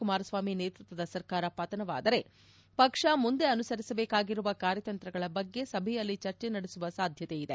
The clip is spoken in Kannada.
ಕುಮಾರಸ್ಲಾಮಿ ನೇತೃತ್ವದ ಸರ್ಕಾರ ಪತನವಾದರೆ ಪಕ್ಷ ಮುಂದೆ ಅನುಸರಿಬೇಕಾಗಿರುವ ಕಾರ್ಯತಂತ್ರಗಳ ಬಗ್ಗೆ ಸಭೆಯಲ್ಲಿ ಚರ್ಚೆ ನಡೆಸುವ ಸಾಧ್ಯತೆ ಇದೆ